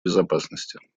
безопасности